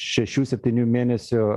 šešių septynių mėnesių